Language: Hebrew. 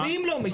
רבים לא מגיעים.